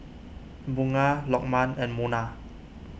Bunga Lokman and Munah